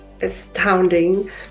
astounding